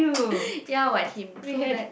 ya what him so bad